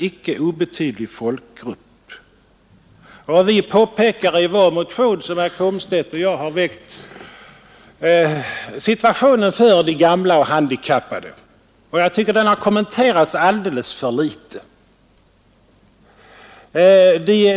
I motionen 1571 av herr Komstedt och mig talar vi om situationen för de gamla och handikappade. Jag tycker att den saken har kommenterats alldeles för litet.